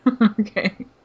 Okay